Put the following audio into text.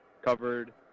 Covered